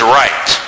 right